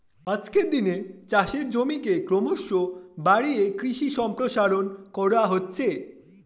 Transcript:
আজকের দিনে চাষের জমিকে ক্রমশ বাড়িয়ে কৃষি সম্প্রসারণ করা হচ্ছে